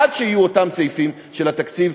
עד שיהיו אותם סעיפים של התקציב,